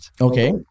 Okay